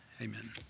amen